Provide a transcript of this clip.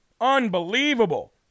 Unbelievable